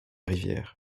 rivière